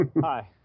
Hi